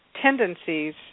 tendencies